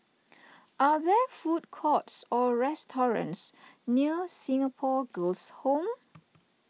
are there food courts or restaurants near Singapore Girls' Home